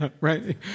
right